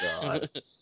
God